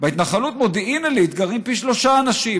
בהתנחלות מודיעין עילית גרים פי שלושה אנשים.